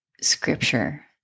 scripture